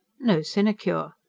no sinecure.